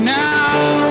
now